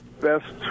best